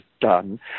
done